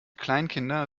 kleinkinder